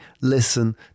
listen